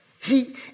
See